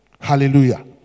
Hallelujah